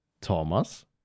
Thomas